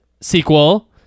sequel